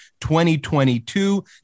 2022